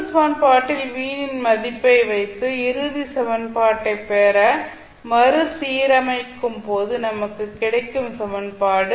இந்த சமன்பாட்டில் v இன் மதிப்பை வைத்து இறுதி சமன்பாட்டைப் பெற மறுசீரமைக்கும் போது நமக்கு கிடைக்கும் சமன்பாடு